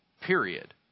period